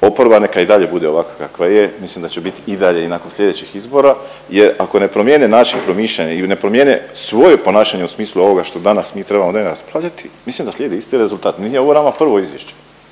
oporba neka i dalje bude ovakva kakva je, mislim da će biti i dalje i nakon sljedećih izbora jer ako ne promijene način promišljanja ili ne promijene svoje ponašanje u smislu ovoga što danas mi trebamo ovdje raspravljati mislim da slijedi isti rezultat. Nije ovo nama prvo izvješće.